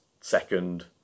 second